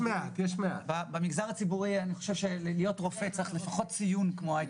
בגלל הקביעות אתה צריך לחשוב לפני זה